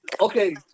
Okay